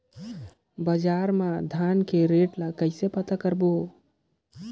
बजार मा धान के रेट ला कइसे पता करबो?